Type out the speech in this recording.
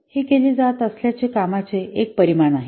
हे केले जात असलेल्या कामाचे एक परिमाण आहे